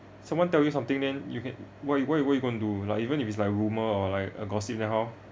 someone tell you something then you can what you what you going to do like even if it's like rumor or like a gossip then how